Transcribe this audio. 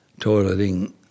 toileting